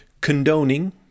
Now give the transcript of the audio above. condoning